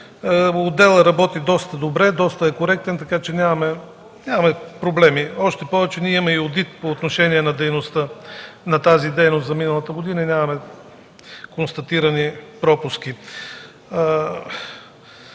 Отделът работи доста добре, доста е коректен, така че нямаме проблеми. Още повече, имаме одит по отношение на дейността за миналата година и нямаме констатирани пропуски.